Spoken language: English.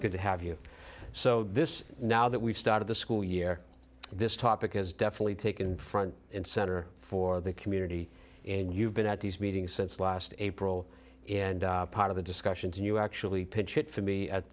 good to have you so this now that we've started the school year this topic has definitely taken front and center for the community and you've been at the meeting since last april and part of the discussions and you actually pitched it for me at